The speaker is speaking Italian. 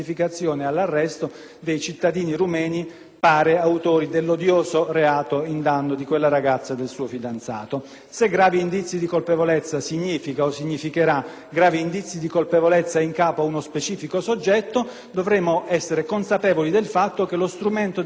Se gravi indizi di colpevolezza significa o significherà gravi indizi di colpevolezza in capo ad uno specifico soggetto, dovremo essere consapevoli del fatto che lo strumento delle intercettazioni semplicemente non esisterà più